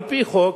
על-פי חוק,